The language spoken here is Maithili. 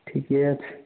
ठीके छै